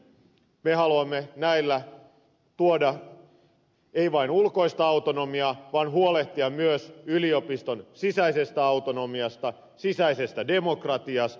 me emme halua näillä tuoda vain ulkoista autonomiaa vaan huolehtia myös yliopiston sisäisestä autonomiasta sisäisestä demokratiasta